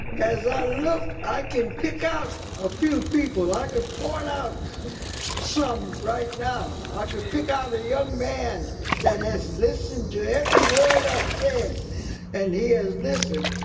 as i looked, i can pick out a few people. i can point out some right now. i could pick out a young man that has listened to every word i've said and he has listened.